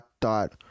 thought